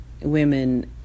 women